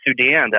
Sudan